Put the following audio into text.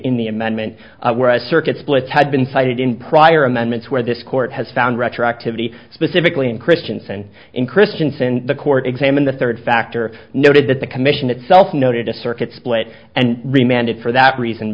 in the amendment whereas circuit splits had been cited in prior amendments where this court has found retroactivity specifically in christianson in christianson the court examine the third factor noted that the commission itself noted a circuit split and remanded for that reason